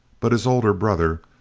but his oldest brother,